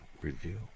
review